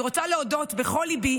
אני רוצה להודות בכל ליבי